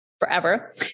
forever